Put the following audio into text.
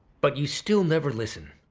but you still never listen.